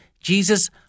Jesus